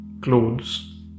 Clothes